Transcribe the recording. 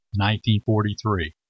1943